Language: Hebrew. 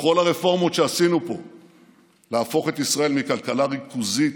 בכל הרפורמות שעשינו פה להפוך את ישראל מכלכלה ריכוזית,